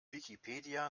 wikipedia